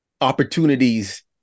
opportunities